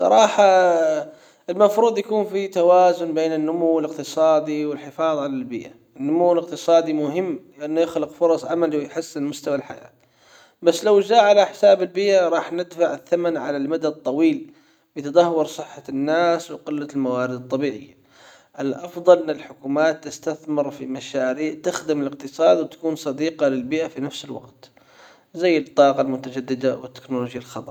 صراحة المفروض يكون في توازن بين النمو الاقتصادي والحفاظ على البيئة النمو الأقتصادي مهم لأنه يخلق فرص عمل ويحسن مستوى الحياة بس لو جاء على حساب البيئة راح ندفع الثمن على المدى الطويل يتدهور صحة الناس وقلة الموارد الطبيعية الأفضل ان الحكومات تستثمر في مشاريع تخدم الاقتصاد وتكون صديقة للبيئة في نفس الوقت زي الطاقة المتجددة والتكنولوجيا الخضراء.